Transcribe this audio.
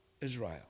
Israel